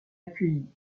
accueilli